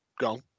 gone